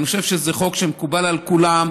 אני חושב שזה חוק שמקובל על כולם,